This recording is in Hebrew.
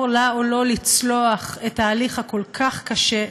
לה או לו לצלוח את ההליך הכל-כך קשה,